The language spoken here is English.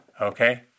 Okay